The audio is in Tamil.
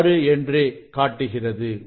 6 என்று காட்டுகிறது